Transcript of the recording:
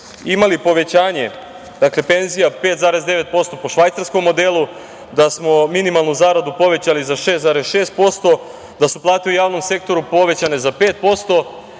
imali povećanje penzija 5,9% po švajcarskom modelu, da smo minimalnu zaradu povećali za 6,6%, da su plate u javnom sektoru povećane za 5%,